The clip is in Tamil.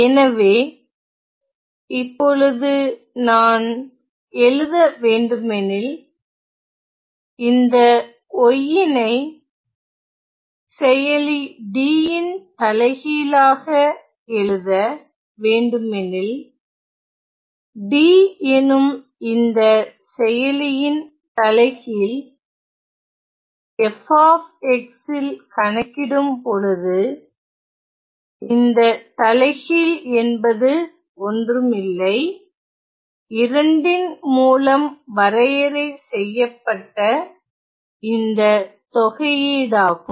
எனவே இப்பொழுது நான் எழுத வேண்டுமெனில் இந்த y னை செயலி D ன் தலைகீழாக எழுத வேண்டுமெனில் D எனும் இந்த செயலியின் தலைகீழ் f ல் கணக்கிடும் பொழுது இந்த தலைகீழ் என்பது ஒன்றுமில்லை மூலம் வரையறை செய்யப்பட்ட இந்த தொகையீடாகும்